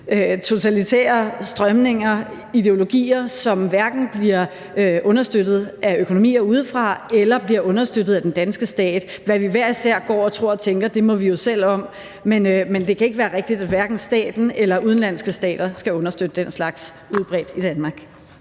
totalitære strømninger, ideologier, som bliver understøttet af økonomier udefra eller bliver understøttet af den danske stat. Hvad vi hver især går og tror og tænker, må vi jo selv om, men det kan ikke være rigtigt, at staten eller udenlandske stater skal understøtte den slags udbredt i Danmark.